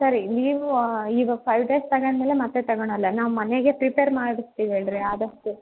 ಸರಿ ಲೀವು ಈಗ five days ತಗಂಡ ಮೇಲೆ ಮತ್ತೆ ತಗಳಲ್ಲ ನಾವು ಮನೆಗೆ ಪ್ರಿಪೇರ್ ಮಾಡಿರ್ತೀವಿ ಹೇಳಿರಿ ಆದಷ್ಟು